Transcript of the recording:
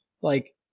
Like-